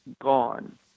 gone